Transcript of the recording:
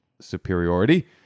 superiority